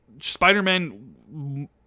Spider-Man